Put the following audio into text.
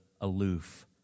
aloof